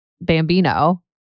Bambino